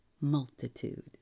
multitude